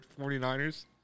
49ers